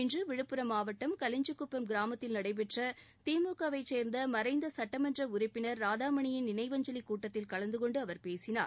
இன்று விழுப்புரம் மாவட்டம் கலிஞ்சிக்குப்பம் கிராமத்தில் நடைபெற்ற திமுகவைச் சேர்ந்த மறைந்த சுட்டமன்ற உறுப்பினர் ராதாமணியின் நினைவஞ்சலி கூட்டத்தில் கலந்து கொண்டு அவர் பேசினார்